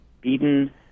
beaten